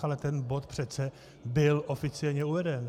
Ale ten bod přece byl oficiálně uveden.